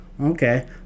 Okay